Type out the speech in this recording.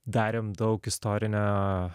darėm daug istorinio